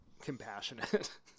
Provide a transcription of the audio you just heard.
compassionate